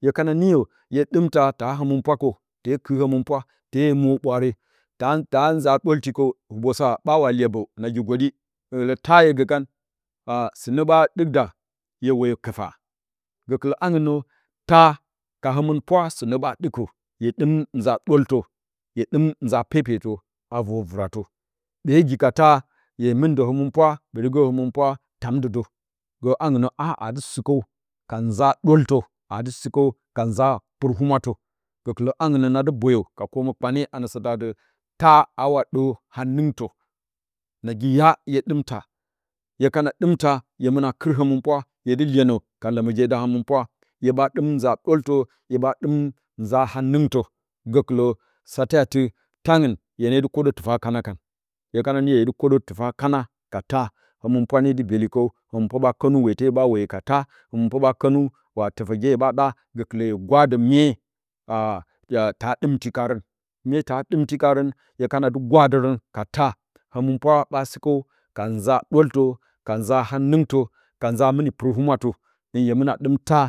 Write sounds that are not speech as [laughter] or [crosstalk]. Hye kakna niyo, hye ɗɨm taa, ta həmɨn pwa kəw, te kɨt həmɨnpwa, te mwo ɓwaare, ta tanza ɗwolti kaw, hubosa ɓa wa iyebo, nagi gwoɗɨ, gəkɨlə taa hye gə kan sɨnə ɓa ɗɨk da, hye woyo kɨfa, gəkɨlə hangɨn nə tan ka həmɨnpwa, sɨnə ɓa ɗɨkə, hye ɗɨm nza ɗwoltə hye ɗɨm nza pepetə a vor vɨ-ratə bee gi ka taa, hye mɨ də həmɨnpwa bədɨ gə həmɨnpwa tam dəə də, gə hangɨn nə aa dɨ shi kəw ka nza ɗwoltə aa dɨ sɨ kəw ka nza pɨrə humeratə gəkɨla hangɨn na dɨ boya ka kwo mə kpane a nə satə adɨ taa a wa ɗər hanɨngtə, nagi ya hye ɗɨm taa, hye kana ɗɨm ta hye mɨna kɨt həmɨnpwa, hye dɨ iyenə ka ləməgye da həmɨnpwa, hye ɓa dɨm nza ɗwoltə ɗwoltə hye ɓa ɗɨm. hye ɓa ɗɨm nza hanɨngtə, gəkɨlə sate atɨ taangɨn, hye ne dɨ kwoɗə tɨfa kana hye kana niyo hye dɨ kwoɗatur tɨfa kana ka taa, həmɨnpwa ne dɨ byeli kəw, həmɨnpwa ɓa kanu wete, hye ɓa weyo ka tsa həmɨnpwa ɓa kənu tə təgye hye ɓa ɗa, gəkɨlə hye gwadə, mye wa, [hesitation] ta, ɗɨmti kaarə hye kakna dɨ gwaha ɗərə ka taa, həm ɨnpwa ɓa sɨ pəw ka nza ɗwoltə ka naa mɨni hanɨngtə ka nza mɨni pit humwatə, dəng hye mɨ na ɗɨm taa